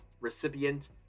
recipient